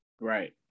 Right